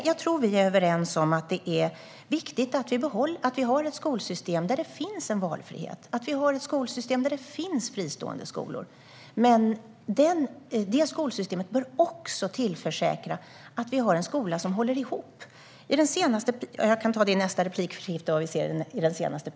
Jag tror att vi är överens om att det är viktigt att vi har ett skolsystem där det finns en valfrihet och där det finns fristående skolor. Men detta skolsystem bör också tillförsäkra att vi har en skola som håller ihop.